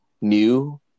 new